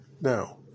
Now